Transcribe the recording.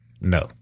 No